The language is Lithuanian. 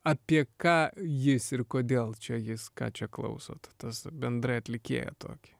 apie ką jis ir kodėl čia jis ką čia klausot tas bendrai atlikėją tokį